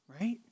right